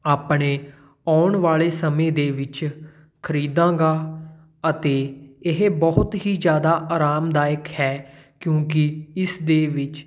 ਆਪਣੇ ਆਉਣ ਵਾਲੇ ਸਮੇਂ ਦੇ ਵਿੱਚ ਖਰੀਦਾਂਗਾ ਅਤੇ ਇਹ ਬਹੁਤ ਹੀ ਜ਼ਿਆਦਾ ਆਰਾਮਦਾਇਕ ਹੈ ਕਿਉਂਕਿ ਇਸ ਦੇ ਵਿੱਚ